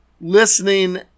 listening